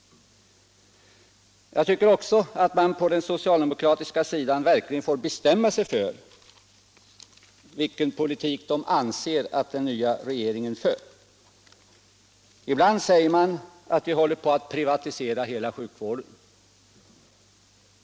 Jag tycker också att man på den socialdemokratiska sidan verkligen får bestämma sig för vilken politik man anser att den nya regeringen för. Ibland säger man att vi håller på att privatisera hela sjukvården.